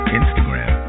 instagram